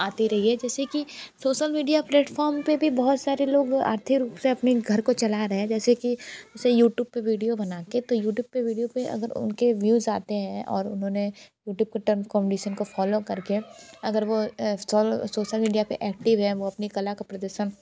आती रही है जैसे कि सोशल मीडिया प्लेटफॉर्म पर भी बहुत सारे लोग आर्थिक रूप से अपने घर को चला रहे हैं जैसे कि उसे यूट्यूब पर वीडियो बना कर तो यूट्यूब पे वीडियो पे अगर उनके व्यूज़ आते हैं और उन्होंने यूट्यूब के टर्म कंडीशन को फॉलो करके अगर वह सोशल मीडिया पर एक्टिव है वह अपनी कला का प्रदर्शन